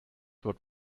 what